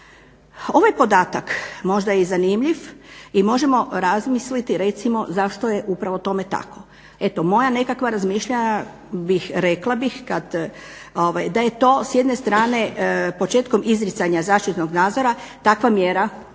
Ovaj podatak možda je i zanimljiv i možemo razmisliti recimo zato je upravo tome tako. Eto, moja nekakva razmišljanja bih, rekla bih kad, da je to s jedne strane početkom izricanja zaštitnog nadzora takva mjera jer